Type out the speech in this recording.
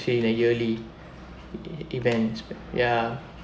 especially yearly events ya